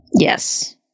Yes